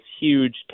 huge